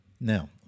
Now